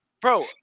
bro